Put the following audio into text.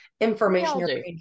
information